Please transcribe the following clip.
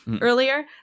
Earlier